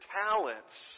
talents